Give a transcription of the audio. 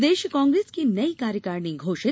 प्रदेश कांग्रेस की नई कार्यकारिणी घोषित